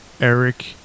Eric